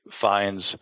finds